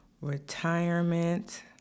retirement